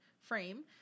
frame